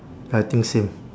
I think same